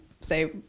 say